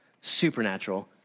supernatural